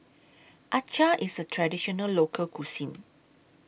Acar IS A Traditional Local Cuisine